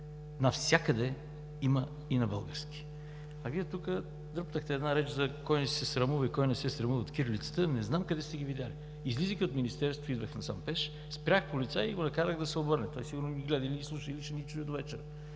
Навсякъде има и на български. А Вие тук дръпнахте една реч кой се срамува и кой не се срамува от кирилицата. Не знам къде сте ги видели? Излизайки от Министерството, идвах насам пеш, спрях полицай и го накарах да се обърне. Той сигурно ни гледа и ни слуша или ще ни чуе довечера.